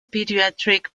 pediatric